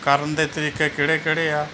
ਕਰਨ ਦੇ ਤਰੀਕੇ ਕਿਹੜੇ ਕਿਹੜੇ ਆ